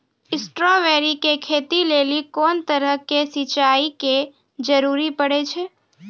Strawberry के खेती लेली कोंन तरह के सिंचाई के जरूरी पड़े छै?